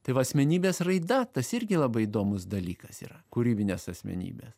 tai va asmenybės raida tas irgi labai įdomus dalykas yra kūrybinės asmenybės